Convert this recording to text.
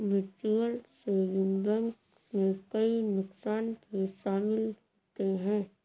mutual saving bank में कई नुकसान भी शमिल होते है